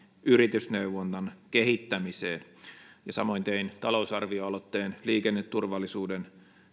yritysneuvonnan kehittämiseen samoin tein talousarvioaloitteen liikenneturvallisuuden